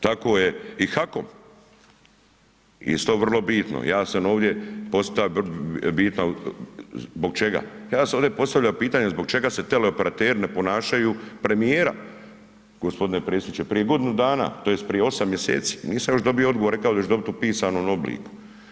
Tako je i HAKOM isto vrlo bitno, ja sam ovde posta bitno zbog čega, ja sam ovdje postavljao pitanje zbog čega se teleoperateri ne ponašaju, premijera, gospodine predsjedniče, prije godinu dana tj. prije 8 mjeseci, nisam još dobio odgovor, rekao da ću dobit u pisanom obliku.